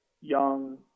young